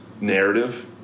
narrative